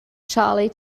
charlie